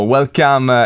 Welcome